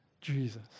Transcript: Jesus